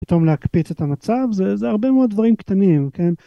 פתאום להקפיץ את המצב זה הרבה מאוד דברים קטנים כן.